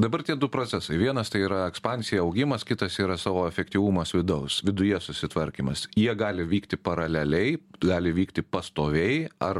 dabar tie du procesai vienas tai yra ekspansija augimas kitas yra savo efektyvumas vidaus viduje susitvarkymas jie gali vykti paraleliai gali vykti pastoviai ar